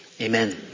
Amen